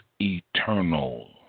eternal